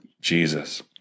Jesus